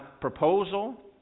proposal